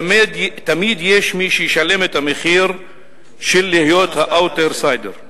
"תמיד יש מי שישלם את המחיר של להיות ה'אאוטסיידר'.